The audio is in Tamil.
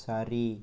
சரி